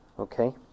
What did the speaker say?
Okay